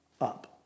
up